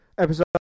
Episode